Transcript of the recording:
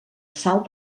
sal